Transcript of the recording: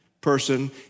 person